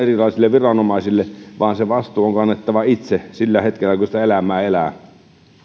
viranomaisille vaan vastuu on kannettava itse sillä hetkellä kun sitä elämää elää